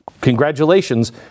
congratulations